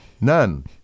None